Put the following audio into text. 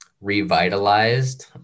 revitalized